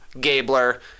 Gabler